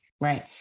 Right